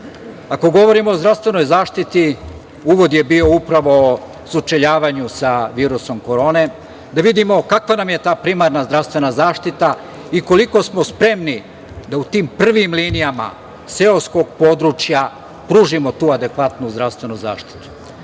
Ako govorimo o zdravstvenoj zaštiti uvod je bio upravo sučeljavanju sa virusom korone, da vidimo kakva nam je ta primarna zdravstvena zaštita i koliko smo spremni da u tim prvim linijama seoskog područja pružimo tu adekvatnu zdravstvenu zaštitu. Četvrta